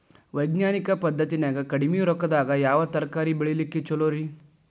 ವೈಜ್ಞಾನಿಕ ಪದ್ಧತಿನ್ಯಾಗ ಕಡಿಮಿ ರೊಕ್ಕದಾಗಾ ಯಾವ ತರಕಾರಿ ಬೆಳಿಲಿಕ್ಕ ಛಲೋರಿ?